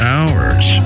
Hours